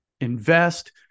invest